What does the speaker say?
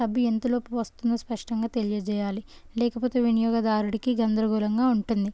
డబ్బు ఎంత లోపు వస్తుందో స్పష్టంగా తెలియజేయాలి లేకపోతే వినియోగదారుడికి గందరగోళంలంగా ఉంటుంది